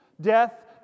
Death